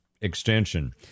extension